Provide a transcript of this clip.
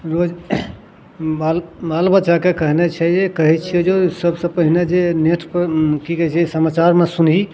रोज बाल बाल बच्चाकेँ कहने छै जे कहै छिए जे सबसे पहिले जे नेटपर कि कहै छै समाचारमे सुनही